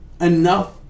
enough